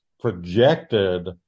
projected